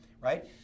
right